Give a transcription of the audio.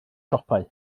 siopau